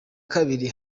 kabiri